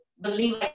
believe